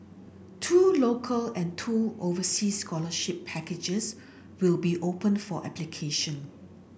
two local and two overseas scholarship packages